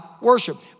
worship